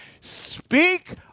speak